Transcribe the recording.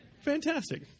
Fantastic